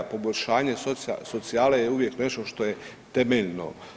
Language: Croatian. Poboljšanje socijale je uvijek nešto što je temeljno.